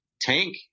Tank